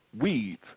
weeds